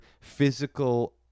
physical